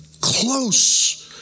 Close